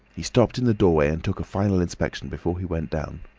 he stopped in the doorway and took a final inspection before he went down.